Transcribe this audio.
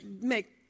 make